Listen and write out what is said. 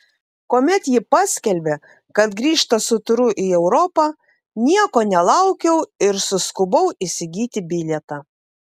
kuomet ji paskelbė kad grįžta su turu į europą nieko nelaukiau ir suskubau įsigyti bilietą